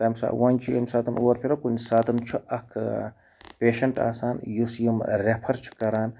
تَمہِ ساتہٕ وۄنۍ چھُ ییٚمہِ ساتہٕ اورٕ پھِرو کُںہِ ساتہٕ چھُ اَکھ پیشَنٛٹ آسان یُس یِم رٮ۪فَر چھُ کَران